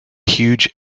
huge